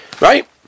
Right